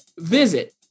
visit